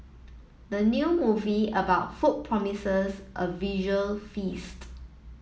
the new movie about food promises a visual feast